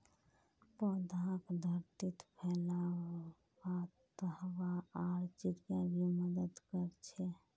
पौधाक धरतीत फैलवात हवा आर चिड़िया भी मदद कर छे